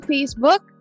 Facebook